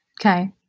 Okay